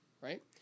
right